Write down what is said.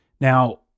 Now